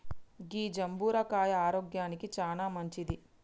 గీ జంబుర కాయ ఆరోగ్యానికి చానా మంచింది